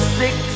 six